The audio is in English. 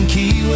Key